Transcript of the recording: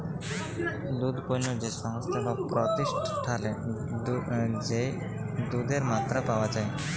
দুধ পণ্য যে সংস্থায় বা প্রতিষ্ঠালে যেই দুধের মাত্রা পাওয়া যাই